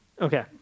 Okay